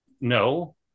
No